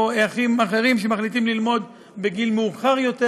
או אחרים שמחליטים ללמוד בגיל מאוחר יותר,